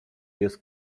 jest